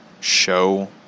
show